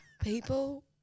People